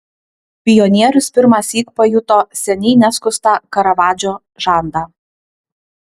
pionierius pirmąsyk pajuto seniai neskustą karavadžo žandą